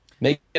Make